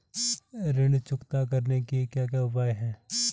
ऋण चुकता करने के क्या क्या उपाय हैं?